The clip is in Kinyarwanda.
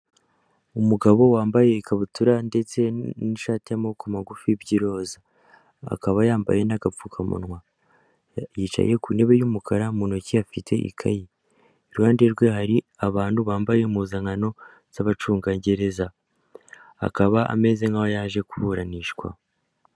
Umugabo wambaye ikabutura ndetse n'ishati y'amaboko magufi by'iroza akaba yambaye n'agapfukamunwa, yicaye ku ntebe y'umukara mu ntoki afite ikayi, iruhande rwe hari abantu bambaye impuzankano z'abacungagereza akaba ameze nkaho yaje kuburanishwa.